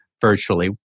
virtually